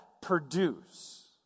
produce